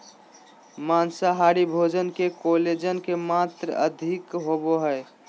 माँसाहारी भोजन मे कोलेजन के मात्र अधिक होवो हय